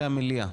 המליאה.